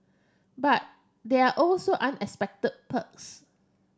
but there are also unexpected perks